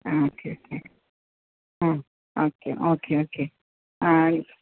ആ okay okay ആ okay okay okay ആ